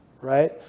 right